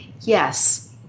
Yes